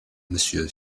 monsieur